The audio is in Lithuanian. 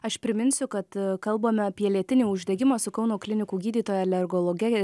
aš priminsiu kad kalbame apie lėtinį uždegimą su kauno klinikų gydytoja alergologe